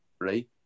right